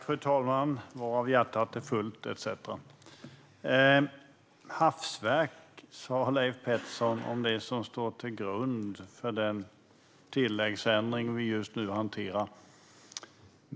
Fru talman! Varav hjärtat är fullt etcetera. "Hafsverk" sa Leif Pettersson om det som ligger till grund för den tilläggsändring som vi just nu hanterar.